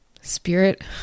Spirit